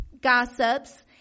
gossips